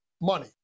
money